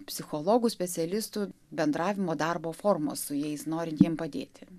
psichologų specialistų bendravimo darbo formos su jais norint jiem padėti